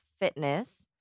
fitness